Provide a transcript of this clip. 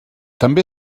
també